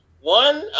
One